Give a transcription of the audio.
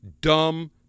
dumb